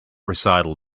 recital